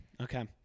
okay